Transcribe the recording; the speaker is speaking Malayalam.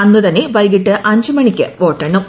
അന്ന് തന്നെ വൈകീട്ട് അഞ്ച് മണിക്ക് വോട്ടെണ്ണും